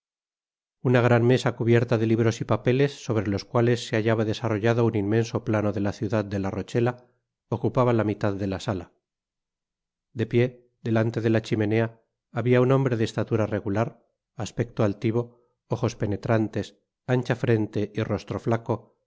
una gran mesa cubierta de libros y papeles sobre los cuales se hallaba desarrollado un inmenso plano de la ciudad de la rochela ocupaba la mitad de la sala de pié delante de la chimenea habia un hombre de estatura regular aspecto altivo ojos penetrantes ancha frente y rostro flaco